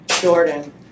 Jordan